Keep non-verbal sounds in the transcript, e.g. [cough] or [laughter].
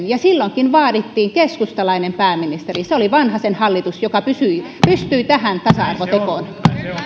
[unintelligible] ja silloinkin vaadittiin keskustalainen pääministeri se oli vanhasen hallitus joka pystyi pystyi tähän tasa arvotekoon